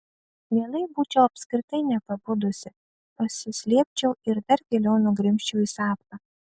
mielai būčiau apskritai nepabudusi pasislėpčiau ir dar giliau nugrimzčiau į sapną